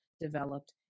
developed